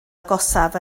agosaf